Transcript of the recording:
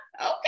Okay